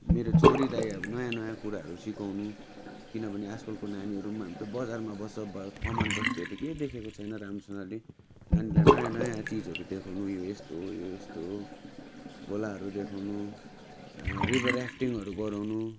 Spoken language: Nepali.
मेरो छोरीलाई अब नयाँ नयाँ कुराहरू सिकाउनु किनभने आजकलको नानीहरू हामी त बजारमा बस्छ कमान बस्तीहरू केही देखेको छैन राम्रो सँगले नानीलाई नयाँ नयाँ चिजहरू देखाउनु यो यस्तो हो यो यस्तो हो खोलाहरू देखाउनु रिभर ऱ्याफ्टिङहरू गराउनु